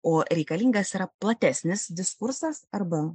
o reikalingas yra platesnis diskursas arba